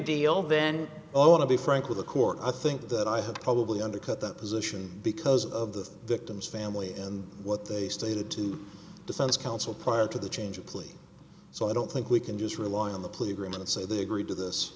deal then i want to be frank with the court i think that i have probably undercut that position because of the victim's family and what they stated to defense counsel prior to the change of plea so i don't think we can just rely on the police room and so they agreed to this